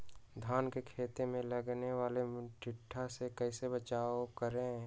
धान के खेत मे लगने वाले टिड्डा से कैसे बचाओ करें?